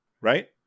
Right